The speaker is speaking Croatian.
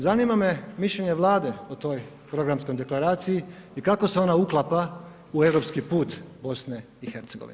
Zanima me mišljenje Vlade o toj Programskoj deklaraciji i kako se ona uklapa u europski put BiH?